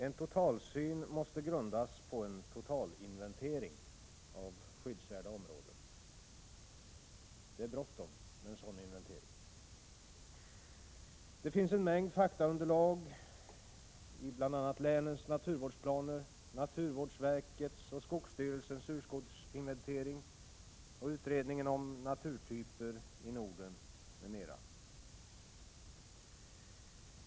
En totalsyn måste grundas på en totalinventering av skyddsvärda områden. Det är bråttom med en sådan inventering. Det finns en mängd faktaunderlag i bl.a. länens naturvårdsplaner, naturvårdsverkets och skogsstyrelsens urskogsinventeringar och utredningen om naturtyper i Norden.